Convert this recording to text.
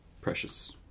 Precious